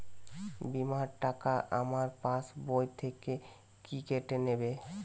বিমার টাকা আমার পাশ বই থেকে কি কেটে নেবে?